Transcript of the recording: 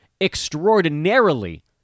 extraordinarily